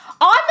On